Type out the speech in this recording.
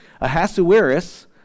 Ahasuerus